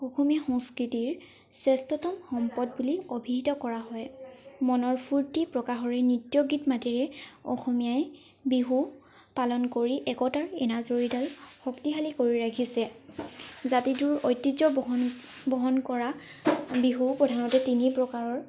অসমীয়া সংস্কৃতিৰ শ্ৰেষ্ঠতম সম্পদ বুলি অভিহিত কৰা হয় মনৰ ফুৰ্তি প্ৰকাশৰে নৃত্য গীত মাতৰে অসমীয়াই বিহু পালন কৰি একতাৰ এনাজৰীডাল শক্তিশালী কৰি ৰাখিছে জাতিটোৰ ঐতিহ্য বহন বহন কৰা বিহু প্ৰধানত তিনি প্ৰকাৰৰ